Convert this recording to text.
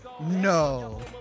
No